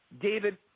David